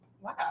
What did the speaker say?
Wow